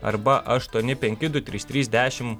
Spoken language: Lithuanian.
arba aštuoni penki du trys trys dešimt